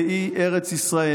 והיא ארץ ישראל.